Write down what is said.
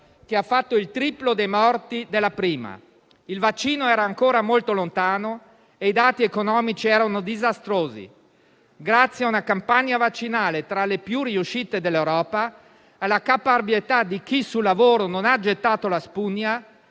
che ha fatto il triplo dei morti della prima; il vaccino era ancora molto lontano e i dati economici erano disastrosi. Grazie a una campagna vaccinale tra le più riuscite d'Europa, alla caparbietà di chi sul lavoro non ha gettato la spugna,